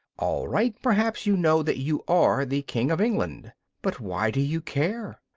all right! perhaps you know that you are the king of england but why do you care?